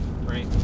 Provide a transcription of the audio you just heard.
right